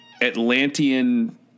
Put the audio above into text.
Atlantean